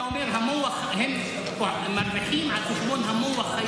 אתה אומר שהם מרוויחים על חשבון המוח היהודי.